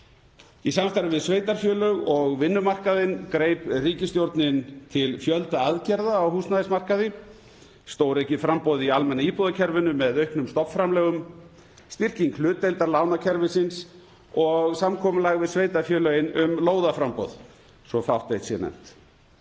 Í samstarfi við sveitarfélög og vinnumarkaðinn greip ríkisstjórnin til fjölda aðgerða á húsnæðismarkaði. Stóraukið framboð í almenna íbúðakerfinu með auknum stofnframlögum, styrking hlutdeildarlánakerfisins og samkomulag við sveitarfélög um aukið lóðaframboð, svo að fátt eitt sé nefnt.